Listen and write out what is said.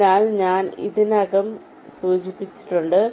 അതിനാൽ ഇത് ഞാൻ ഇതിനകം സൂചിപ്പിച്ചിട്ടുണ്ട്